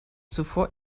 zuvor